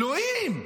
אלוהים.